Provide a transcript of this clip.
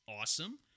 awesome